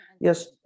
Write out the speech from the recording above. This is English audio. yes